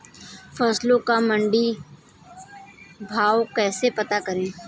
फसलों का मंडी भाव कैसे पता करें?